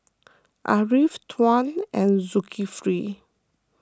Ariff Tuah and Zulkifli